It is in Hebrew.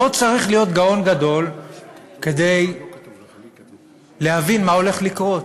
צריך להיות גאון גדול כדי להבין מה הולך לקרות.